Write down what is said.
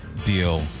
deal